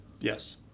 Yes